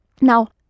Now